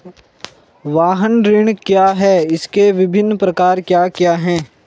वाहन ऋण क्या है इसके विभिन्न प्रकार क्या क्या हैं?